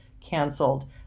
canceled